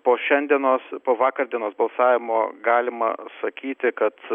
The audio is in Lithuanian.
po šiandienos po vakar dienos balsavimo galima sakyti kad